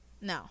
no